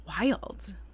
wild